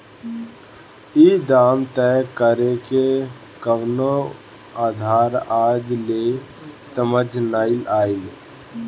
ई दाम तय करेके कवनो आधार आज ले समझ नाइ आइल